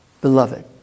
beloved